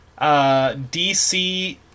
DC